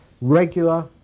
regular